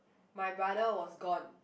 my brother was gone